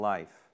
Life